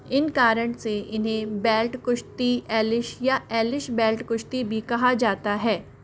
इन कारण से इन्हें बेल्ट कुश्ती एलिश या एलिश बेल्ट कुश्ती भी कहा जाता है